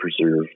preserve